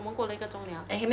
eh 你没有喝你的 drink